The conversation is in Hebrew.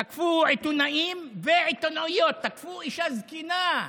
תקפו עיתונאים ועיתונאיות, תקפו אישה זקנה אתמול.